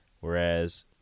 Whereas